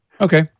Okay